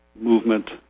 movement